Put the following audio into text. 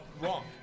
wrong